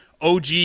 OG